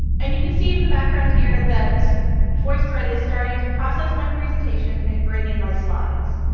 and you can see it in the background here that voicethread is starting to process my presentation and bring in my slides.